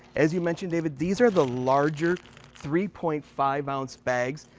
as you mentioned, david, these are the larger three point five ounce bags.